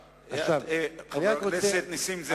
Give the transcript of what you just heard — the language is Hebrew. חבר הכנסת נסים זאב.